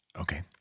Okay